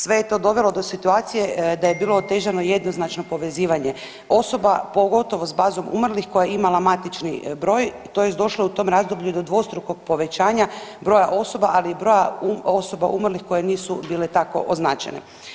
Sve je to dovelo do situacije da je bilo otežano jednoznačno povezivanje osoba pogotovo s bazom umrlih koja je imala matični broj tj. došlo je u tom razdoblju do dvostrukog povećanja broja osoba, ali i broja osoba umrlih koje nisu bile tako označene.